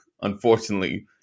Unfortunately